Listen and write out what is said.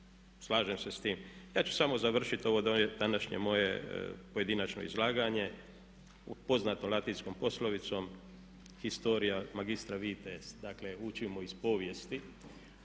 Slažem se s tim. Ja ću samo završiti ovo današnje moje pojedinačno izlaganje poznatom latinskom poslovicom historia magistra vitae – dakle učimo iz povijesti.